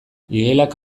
igelak